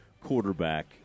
quarterback